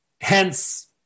hence